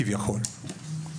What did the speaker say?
כביכול.